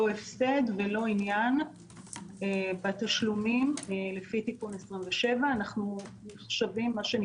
לא הפסד ולא עניין בתשלומים לפי תיקון 27. אנו סולקים.